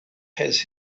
has